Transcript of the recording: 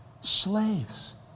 slaves